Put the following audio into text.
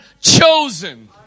chosen